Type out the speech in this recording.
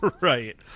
Right